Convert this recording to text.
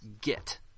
get